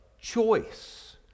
choice